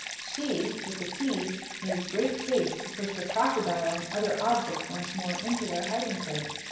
she, with the keys, made great haste to push the crocodile and other objects once more into their hiding-place.